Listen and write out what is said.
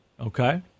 Okay